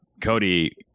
Cody